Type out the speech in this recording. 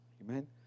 amen